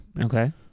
Okay